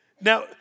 Now